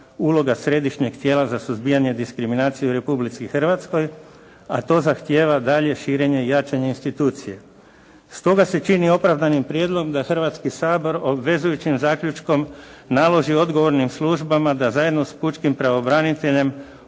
uloga središnjeg tijela za suzbijanje diskriminacije u Republici Hrvatskoj, a to zahtijeva daljnje širenje i jačanje institucije. Stoga se čini opravdanim prijedlog da Hrvatski sabor obvezujućim zaključkom naloži odgovornim službama da zajedno s pučkim pravobraniteljem